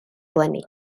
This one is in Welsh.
eleni